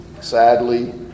Sadly